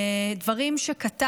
כבוד היושב-ראש, כנסת נכבדה.